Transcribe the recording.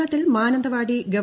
വയനാട്ടിൽ മാനന്തവാടി ഗവ